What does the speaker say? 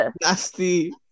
Nasty